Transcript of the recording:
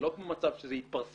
זה לא כמו מצב שזה התפרסם,